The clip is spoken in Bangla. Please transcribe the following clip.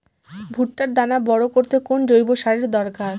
ভুট্টার দানা বড় করতে কোন জৈব সারের দরকার?